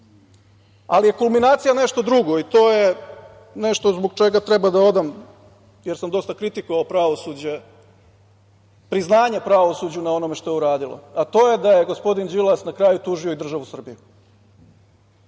ali je kulminacija nešto drugo i to je nešto zbog čega treba da odam, jer sam dosta kritikovao pravosuđe, priznanje pravosuđu na onome što je uradilo, a to je da je gospodin Đilas na kraju tužio i državu Srbiju